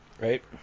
Right